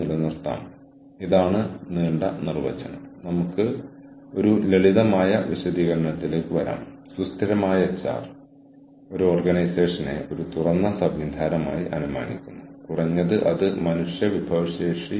interactive നെറ്റ്വർക്കിംഗിന്റെ ലക്ഷ്യം network പങ്കാളികളുമായി സജീവമായി ഇടപഴകുന്നതിലൂടെയും ഉറച്ച നിർദ്ദിഷ്ട കഴിവുകൾ സംരക്ഷിക്കുന്നതിലൂടെയും ഓർഗനൈസേഷനോടുള്ള ശക്തമായ പ്രതിബദ്ധതയിലൂടെയും ക്ലയന്റുകളുടെ ആവശ്യങ്ങൾ നിറവേറ്റുക എന്നതാണ്